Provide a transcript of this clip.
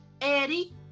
Eddie